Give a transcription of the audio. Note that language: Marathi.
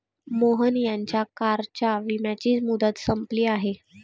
मोहन यांच्या कारच्या विम्याची मुदत संपली आहे